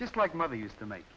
just like mother used to make